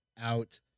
Out